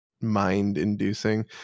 mind-inducing